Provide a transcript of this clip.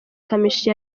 kamichi